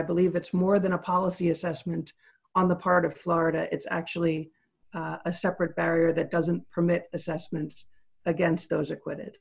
i believe it's more than a policy assessment on the part of florida it's actually a separate barrier that doesn't permit assessments against those acquitted